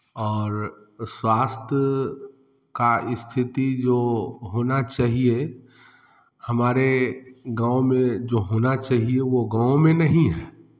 और स्वास्थ का स्थिति जो होना चहिए हमारे गाँव में जो होना चहिए वो गाँव में नहीं है